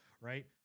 right